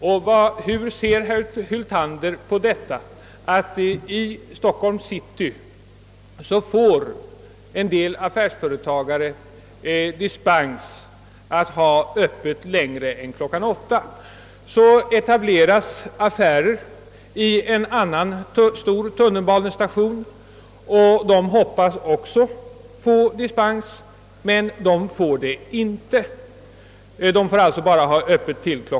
Jag vill nu fråga hur herr Hyltander ser på det förhållandet att en del affärsföretagare i Stockholms city f.n. har dispens att hålla öppet längre än till kl. 20. Men så etableras det i en annan stor tunnelbanestation affärer, vilkas innehavare också hoppas att få dispens. Men dispens nekas dem. De får bara hålla öppet till kl.